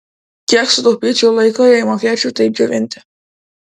kiek sutaupyčiau laiko jei mokėčiau taip džiovinti